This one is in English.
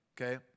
okay